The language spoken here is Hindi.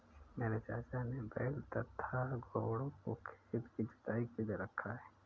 मेरे चाचा ने बैल तथा घोड़ों को खेत की जुताई के लिए रखा है